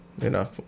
Enough